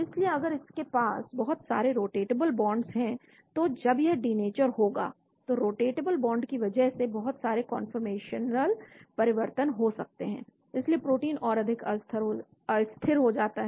इसलिए अगर इसे पास बहुत सारे रोटेटेबल बॉन्ड हैं तो जब यह डीनेचर होगा तो रोटेटेबल बॉन्ड की वजह से बहुत सारे कौनफॉरमेशनल परिवर्तन हो सकते हैं इसलिए प्रोटीन और अधिक अस्थिर हो जाता है